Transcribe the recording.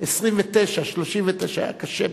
ממעלה-החמישה ומגוש-עציון.